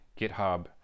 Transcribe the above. GitHub